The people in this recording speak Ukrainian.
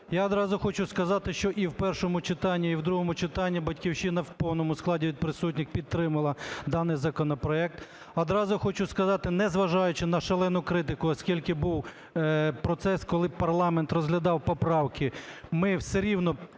Я відразу хочу сказати, що і в першому читанні, і в другому читанні "Батьківщина" в повному складі від присутніх підтримала даний законопроект. Одразу хочу сказати, незважаючи на шалену критику, оскільки був процес, коли парламент розглядав поправки, ми все рівно